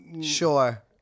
Sure